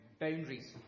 boundaries